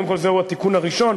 קודם כול, זהו התיקון הראשון.